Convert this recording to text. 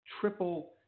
triple